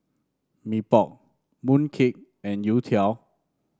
Mee Pok mooncake and youtiao